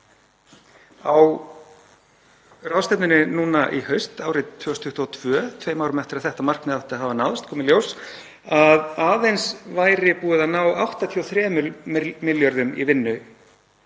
Á ráðstefnunni núna í haust, árið 2022, tveimur árum eftir að þetta markmið átti að hafa náðst, kom í ljós að aðeins væri búið að ná 83 milljörðum í vinnu